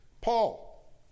Paul